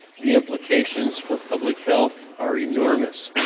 the implications for public health are enormous.